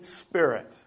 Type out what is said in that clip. spirit